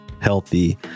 healthy